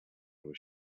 was